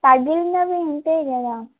పగిలినవి ఉంటాయి కదా